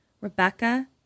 Rebecca